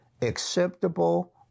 acceptable